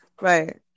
Right